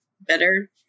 better